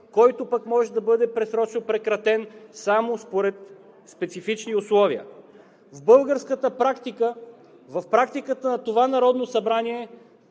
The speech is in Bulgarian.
който пък може да бъде предсрочно прекратен само според специфични условия. В българската практика, в практиката на това народно събрание,